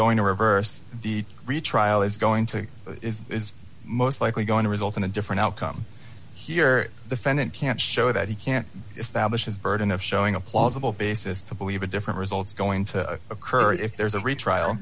going to reverse the retrial is going to is most likely going to result in a different outcome here the fan and can't show that he can't establish his burden of showing a plausible basis to believe a different result is going to occur if there's a